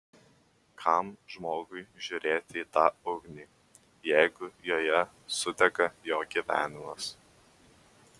kam žmogui žiūrėti į tą ugnį jeigu joje sudega jo gyvenimas